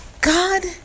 God